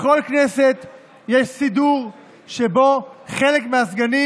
בכל כנסת יש סידור שבו חלק מהסגנים